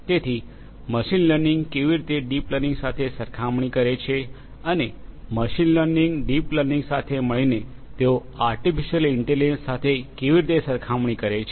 તેથી machine learning કેવી રીતે ડીપ લર્નિંગ સાથે સરખામણી કરે છે અને મશીન લર્નિંગ ડીપ લર્નિંગ સાથે મળીને તેઓ આર્ટીફિશિઅલ ઇન્ટેલિજન્સ સાથે કેવી રીતે સરખામણી કરે છે